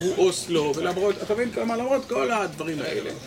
הוא עושה לו, אתה מבין כמה להראות? כל הדברים האלה.